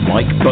Mike